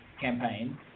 campaign